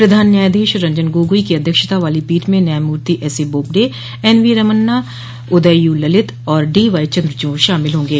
प्रधान न्यायाधीश रंजन गोगोई की अध्यक्षता वाली पीठ में न्यायमूर्ति S A Bobde N V Ramana Uday you Lalit और डीवाईचंद्रचूड़ शामिल होंगे